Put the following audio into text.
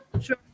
sure